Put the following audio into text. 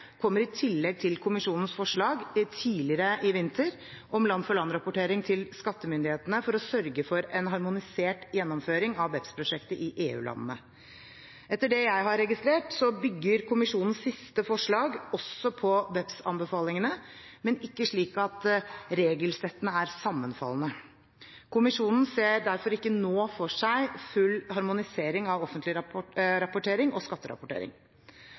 kommer i tillegg til kommisjonens forslag tidligere i vinter om land-for-land-rapportering til skattemyndighetene for å sørge for en harmonisert gjennomføring av BEPS-prosjektet i EU-landene. Etter det jeg har registrert, bygger kommisjonens siste forslag også på BEPS-anbefalingene, men ikke slik at regelsettene er sammenfallende. Kommisjonen ser derfor ikke nå for seg full harmonisering av offentlig rapportering og skatterapportering.